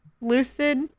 lucid